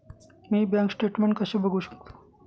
मी bank statement कसे बघू शकतो?